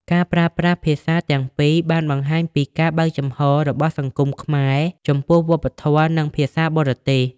ការប្រើប្រាស់ភាសាទាំងពីរបានបង្ហាញពីការបើកចំហរបស់សង្គមខ្មែរចំពោះវប្បធម៌និងភាសាបរទេស។